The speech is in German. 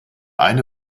eine